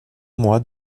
mois